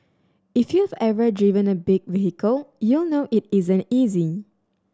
if you've ever driven a big vehicle you'll know it isn't easy